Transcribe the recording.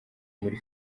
muri